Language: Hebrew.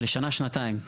של שנה שנתיים.